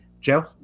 Joe